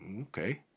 Okay